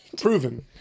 Proven